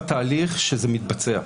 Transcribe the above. בתהליך שזה מתבצע.